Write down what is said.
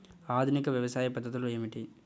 ఆధునిక వ్యవసాయ పద్ధతులు ఏమిటి?